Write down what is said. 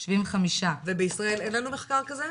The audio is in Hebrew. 75%. ובישראל אין לנו מחקר כזה?